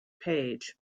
page